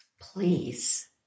Please